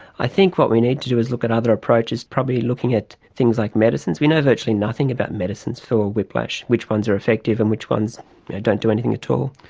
i think what we need to do is look at other approaches, probably looking at things like medicines. we know virtually nothing about medicines for whiplash, which ones are effective and which ones don't do anything at all.